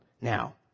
now